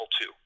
two